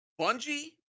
Bungie